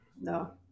No